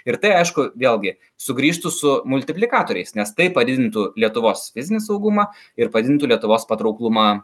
ir tai aišku vėlgi sugrįžtų su multiplikatoriais nes tai padidintų lietuvos fizinį saugumą ir padidintų lietuvos patrauklumą